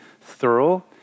thorough